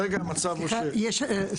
אני